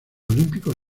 olímpicos